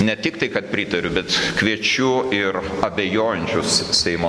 ne tik tai kad pritariu bet kviečiu ir abejojančius seimo